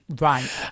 Right